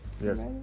Yes